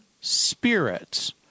spirits